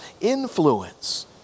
influence